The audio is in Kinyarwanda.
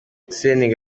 seninga